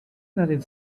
nothing